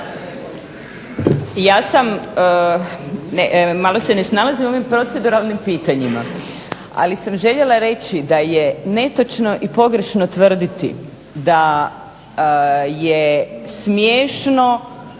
Ja sam, malo se ne snalazim u ovim proceduralnim pitanjima, ali sam željela reći da je netočno i pogrešno tvrditi da je smiješno,